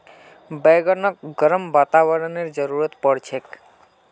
बैगनक गर्म वातावरनेर जरुरत पोर छेक